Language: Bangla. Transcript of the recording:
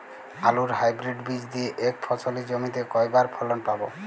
আলুর হাইব্রিড বীজ দিয়ে এক ফসলী জমিতে কয়বার ফলন পাব?